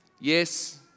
Yes